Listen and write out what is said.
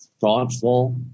thoughtful